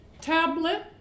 tablet